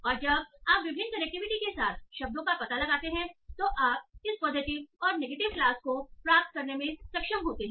और ये जब आप विभिन्न कनेक्टिविटी के साथ शब्दों का पता लगाते हैं तो आप इस पॉजिटिव और नेगेटिव क्लास को प्राप्त करने में सक्षम होते हैं